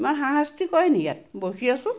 ইমান হাৰাশাস্তি কৰে নেকি ইয়াত ৰখি আছো